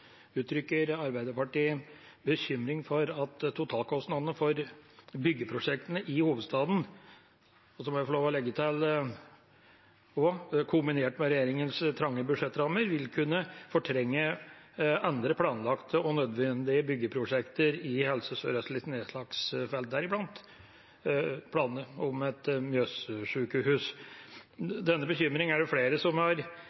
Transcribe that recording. må jeg få lov å legge til – vil kunne fortrenge andre planlagte og nødvendige byggeprosjekter i Helse Sør-Østs nedslagsfelt, deriblant planene om et Mjøssykehus. Denne bekymringen er det flere som har